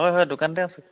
হয় হয় দোকানতে আছোঁ